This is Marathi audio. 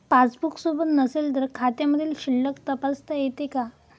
पासबूक सोबत नसेल तर खात्यामधील शिल्लक तपासता येते का?